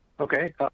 okay